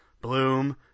bloom